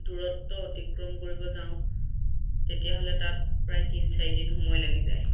দূৰত্ব অতিক্ৰম কৰিব যাওঁ তেতিয়াহ'লে তাত প্ৰায় তিনি চাৰি দিন সময় লাগি যায়